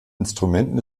instrumenten